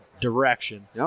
Direction